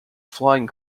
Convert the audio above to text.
flying